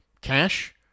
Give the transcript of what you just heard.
cash